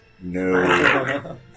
No